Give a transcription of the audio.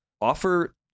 offer